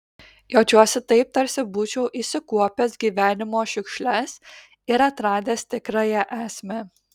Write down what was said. jaučiuosi taip tarsi būčiau išsikuopęs gyvenimo šiukšles ir atradęs tikrąją esmę